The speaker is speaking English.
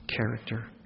character